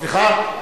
סליחה?